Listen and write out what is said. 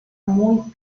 muy